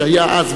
שהיה אז,